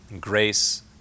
grace